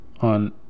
on